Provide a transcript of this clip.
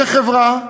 כחברה,